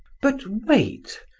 but wait,